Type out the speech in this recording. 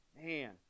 man